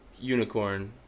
unicorn